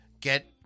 get